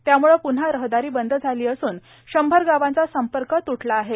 त्याम्ळे प्न्हा रहदारी बंद झाली असूनए शंभर गावांचा संपर्क त्टला आहे